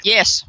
Yes